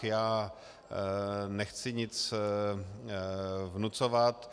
Já nechci nic vnucovat.